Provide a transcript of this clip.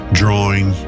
drawing